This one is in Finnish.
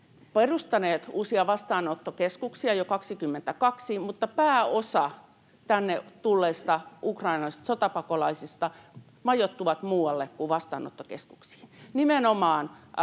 uusia vastaanottokeskuksia jo 22, mutta pääosa tänne tulleista ukrainalaisista sotapakolaisista majoittuu muualle kuin vastaanottokeskuksiin, nimenomaan